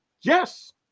Yes